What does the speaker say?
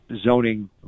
zoning